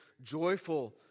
joyful